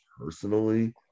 personally –